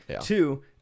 Two